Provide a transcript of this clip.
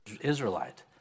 Israelite